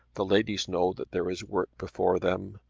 the ladies know that there is work before them,